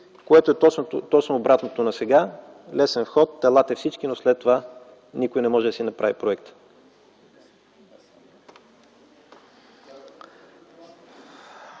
което е точно обратното на сега – лесен вход, елате всички, но след това никой не може да си направи проекта.